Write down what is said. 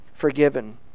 forgiven